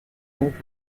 donc